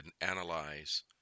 analyze